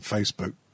Facebook